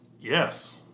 Yes